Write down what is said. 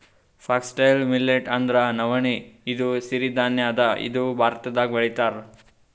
foxtail millet ಅಂದ್ರ ನವಣಿ ಇದು ಸಿರಿ ಧಾನ್ಯ ಅದಾ ಇದು ಭಾರತ್ದಾಗ್ ಬೆಳಿತಾರ್